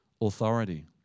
authority